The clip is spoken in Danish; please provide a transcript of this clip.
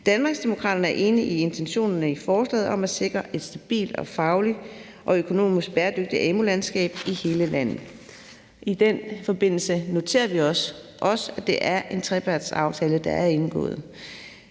Danmarksdemokraterne er enige i intentionerne i forslaget om at sikre et stabilt og fagligt og økonomisk bæredygtigt amu-landskab i hele landet. I den forbindelse noterer vi os også, at det er en trepartsaftale, der er indgået,